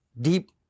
deep